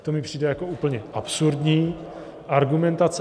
To mi přijde jako úplně absurdní argumentace.